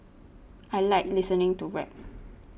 I like listening to rap